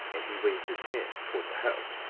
and he waved his hand toward the house,